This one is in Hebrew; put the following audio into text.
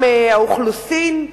מרשם האוכלוסין,